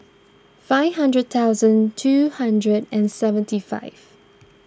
five hundred thousand two hundred and seventy five